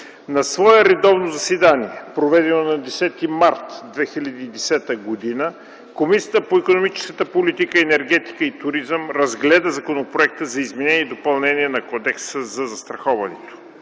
На свое редовно заседание, проведено на 10 март 2010 г., Комисията по икономическата политика, енергетика и туризъм разгледа Законопроекта за изменение и допълнение на Кодекса за застраховането.